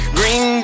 Green